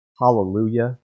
Hallelujah